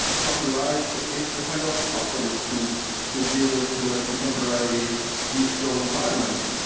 copyright is kind of obsolete to to deal with the contemporary digital environment.